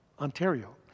Ontario